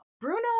Bruno